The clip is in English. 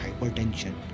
hypertension